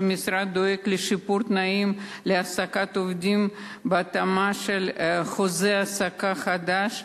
שהמשרד דואג לשיפור תנאים להעסקת עובדים בהתאמה של חוזה העסקה חדש.